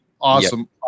Awesome